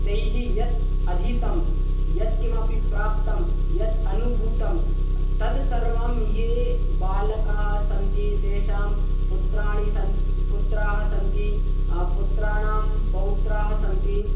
तैः यत् अधीतं यद् किमपि प्राप्तं यद् अनुभूतं तद् सर्वं ये बालकाः सन्ति तेषां पुत्राणि सन् पुत्राः सन्ति पुत्राणां पौत्राः सन्ति